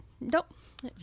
nope